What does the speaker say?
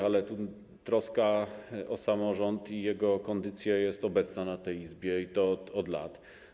Ale troska o samorząd i jego kondycję jest obecna w tej Izbie, i to od lat.